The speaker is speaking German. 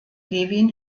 levin